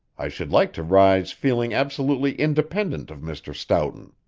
i should like to rise feeling absolutely independent of mr. stoughton.